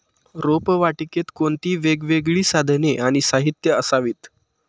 रोपवाटिकेत कोणती वेगवेगळी साधने आणि साहित्य असावीत?